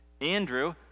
Andrew